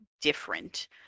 different